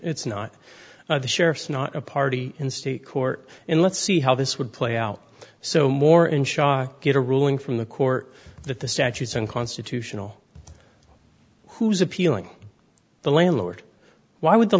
it's not the sheriffs not a party in state court and let's see how this would play out so more in shock get a ruling from the court that the statutes and constitutional who's appealing the landlord why would the